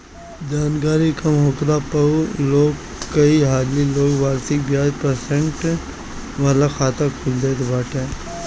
जानकरी कम होखला पअ लोग कई हाली लोग वार्षिक बियाज प्रतिशत वाला खाता खोल देत बाटे